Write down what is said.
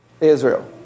Israel